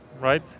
right